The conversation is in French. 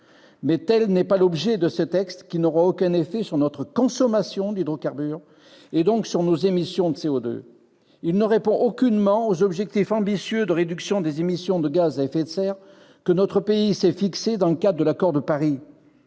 Mais tel n'est pas l'objet de ce texte, qui n'aura aucun effet sur notre consommation d'hydrocarbures, et donc sur nos émissions de CO2. Il ne répond aucunement aux objectifs ambitieux de réduction des émissions de gaz à effet de serre que notre pays s'est fixés dans le cadre de l'accord de Paris.